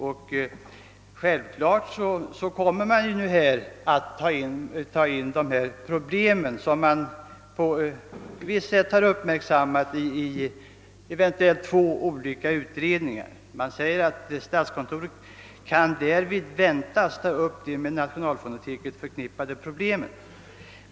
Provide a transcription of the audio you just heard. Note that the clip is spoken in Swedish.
Dessa problem, som nu i viss mån uppmärksammats, kommer eventuellt att tas upp i två olika utredningar; man säger att »statskontoret kan därvid väntas ta upp de med nationalfonoteket förknippade < problemen».